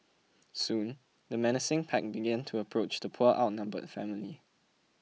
soon the menacing pack began to approach the poor outnumbered family